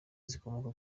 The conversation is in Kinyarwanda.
zikomoka